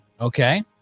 Okay